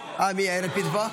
יאיר לפיד בא?